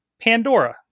pandora